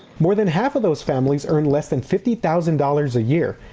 more than half of those families earn less than fifty thousand dollars a year.